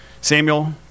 Samuel